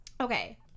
Okay